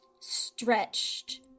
stretched